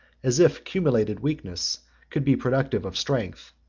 as if accumulated weakness could be productive of strength,